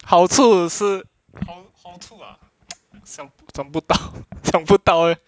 好处是好处 ah 想不到想不到 eh